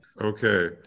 Okay